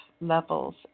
levels